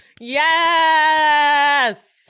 yes